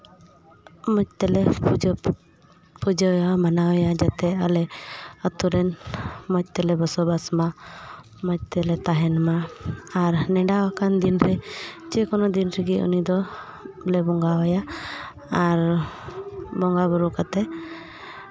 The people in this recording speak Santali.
ᱢᱚᱡᱽ ᱛᱮᱞᱮ ᱯᱩᱡᱟᱹ ᱯᱩᱡᱟᱹᱣᱭᱟ ᱢᱟᱱᱟᱣᱮᱭᱟ ᱡᱟᱛᱮ ᱟᱞᱮ ᱟᱹᱛᱩ ᱨᱮᱱ ᱢᱚᱡᱽ ᱛᱮᱞᱮ ᱵᱚᱥᱚᱵᱟᱥ ᱢᱟ ᱢᱚᱡᱽ ᱛᱮᱞᱮ ᱛᱟᱦᱮᱱ ᱢᱟ ᱟᱨ ᱱᱮᱰᱟ ᱟᱠᱟᱱ ᱫᱤᱱ ᱨᱮ ᱡᱮᱠᱳᱱᱳ ᱫᱤᱱ ᱨᱮᱜᱮ ᱩᱱᱤ ᱫᱚᱞᱮ ᱵᱚᱸᱜᱟᱣᱟᱭᱟ ᱟᱨ ᱵᱚᱸᱜᱟᱼᱵᱩᱨᱩ ᱠᱟᱛᱮᱜ